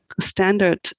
standard